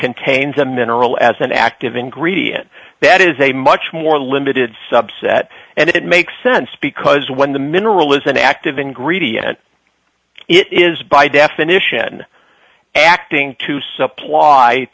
contains a mineral as an active ingredient that is a much more limited subset and it makes sense because when the mineral is an active ingredient it is by definition acting to supply